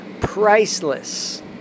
priceless